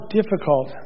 difficult